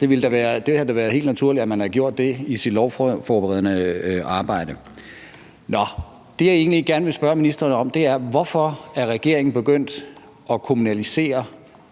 det ville da have været helt naturligt, at man havde gjort det i sit lovforberedende arbejde. Nå, det, jeg egentlig gerne ville spørge ministeren om, er: Hvorfor er regeringen begyndt at kommunalisere